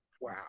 wow